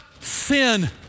sin